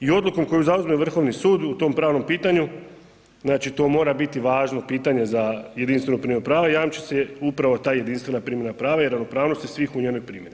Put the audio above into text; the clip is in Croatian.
I odlukom koju zauzme Vrhovni sud u tom pravnom pitanju, znači to mora biti važno pitanje za jedinstvenu primjenu prava, jamči se upravo ta jedinstvena primjena prava i ravnopravnosti svih u njenoj primjeni.